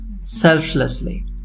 selflessly